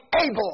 able